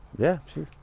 yeah, sure.